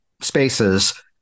spaces